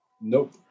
nope